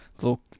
Look